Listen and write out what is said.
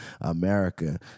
America